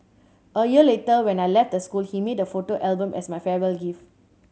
a year later when I left the school he made a photo album as my farewell gift